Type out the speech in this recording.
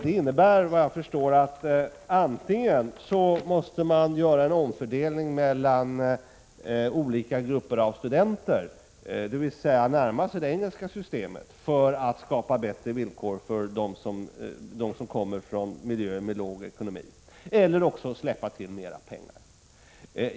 Det innebär vad jag förstår att antingen måste man göra en omfördelning mellan olika grupper av studenter, dvs. närma sig det engelska systemet, för att skapa bättre villkor för dem som kommer från miljöer med svag ekonomi, eller också släppa till mera pengar.